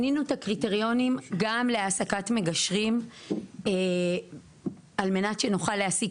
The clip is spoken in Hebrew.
שנינו את הקריטריונים גם להעסקת מגשרים על מנת שנוכל להעסיק